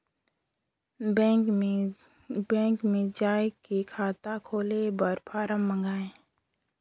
Bank मे जाय के खाता खोले बर फारम मंगाय?